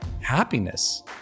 happiness